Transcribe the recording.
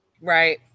Right